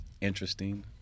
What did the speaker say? interesting